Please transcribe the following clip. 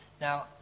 Now